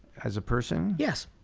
as a person? yes.